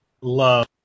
love